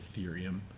Ethereum